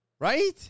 right